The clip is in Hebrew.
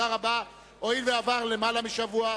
הואיל ועבר למעלה לשבוע,